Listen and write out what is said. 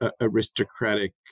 aristocratic